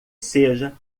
seja